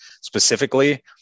specifically